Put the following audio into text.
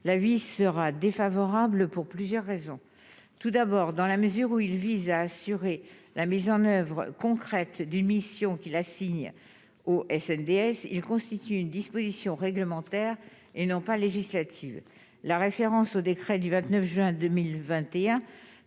l'avis sera défavorable pour plusieurs raisons. Tout d'abord, dans la mesure où il vise à assurer la mise en oeuvre concrète des missions qu'il assigne au et CNDS il constitue une disposition réglementaire et non pas la référence au décret du 29 juin 2021